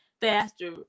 faster